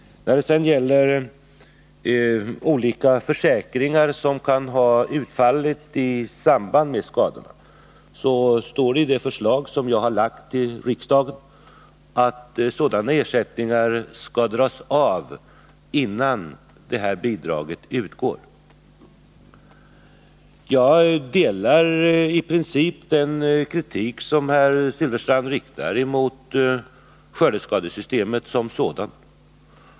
När det gäller olika försäkringar som kan ha utfallit i samband med skadorna, så står det i de förslag som jag har lagt fram för riksdagen att Nr 19 sådana ersättningar skall dras av, innan bidrag utgår. Fredagen den Jag delar i princip den kritik som herr Silfverstrand riktar mot skörde 7 november 1980 skadesystemet som sådant.